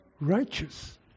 Righteous